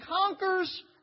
conquers